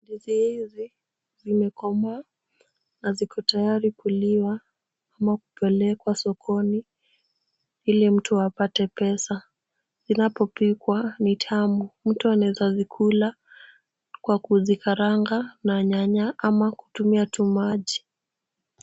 Ndizi hizi zimekomaa na ziko tayari kuliwa ama kupelekwa sokoni ili mtu apate pesa. Zinapopikwa ni tamu. Mtu anaweza zikula kwa kuzikaanga na nyanya ama kutumia tu maji.